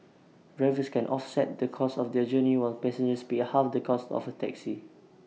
drivers can offset the cost of their journey while passengers pay half the cost of A taxi